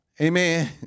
Amen